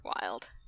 Wild